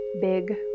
big